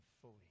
fully